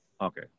Okay